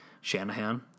Shanahan